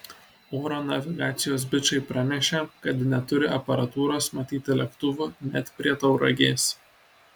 oro navigacijos bičai pranešė kad neturi aparatūros matyti lėktuvų net prie tauragės